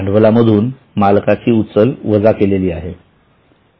भांडवलामधून मालकांची उचल वजा केली आहे